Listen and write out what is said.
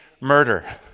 murder